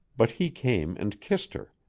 but he came and kissed her.